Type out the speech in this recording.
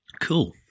Cool